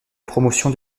promotion